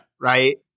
Right